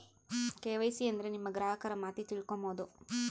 KYC ಅಂದ್ರೆ ನಿಮ್ಮ ಗ್ರಾಹಕರ ಮಾಹಿತಿ ತಿಳ್ಕೊಮ್ಬೋದು